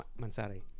Mansari